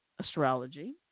astrology